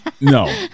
No